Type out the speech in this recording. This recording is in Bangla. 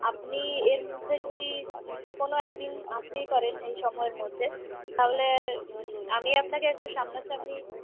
আপনি এর মধ্যে যদি যেকোন একদিন আসতেই পারেন এই সময়ের মধ্যে তাহলে আমি আপনাকে একবার সামনাসামনি